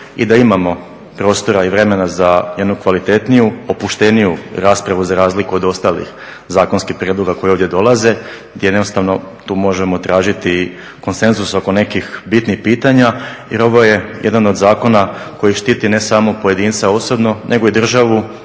i da imamo prostora i vremena za jednu kvalitetniju, opušteniju raspravu, za razliku od ostalih zakonskih prijedloga koji ovdje dolaze. Jednostavno tu možemo tražiti konsenzus oko nekih bitnih pitanja jer ovo je jedan od zakona koji štiti ne samo pojedinca osobno nego i državu